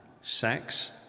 sex